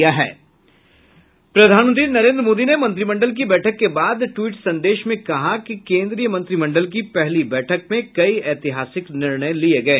प्रधानमंत्री नरेन्द्र मोदी ने मंत्रिमंडल की बैठक के बाद ट्वीट संदेश में कहा है कि केन्द्रीय मंत्रिमंडल की पहली बैठक में कई ऐतिहासिक निर्णय लिए गये